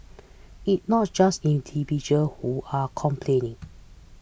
it not just individual who are complaining